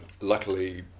luckily